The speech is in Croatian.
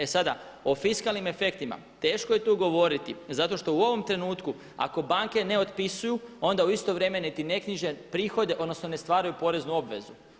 E sada, o fiskalnim efektima, teško je tu govoriti zato što u ovom trenutku ako banke ne otpisuju onda u isto vrijeme niti ne knjiže prihode odnosno ne stvaraju poreznu obvezu.